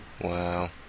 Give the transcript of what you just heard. Wow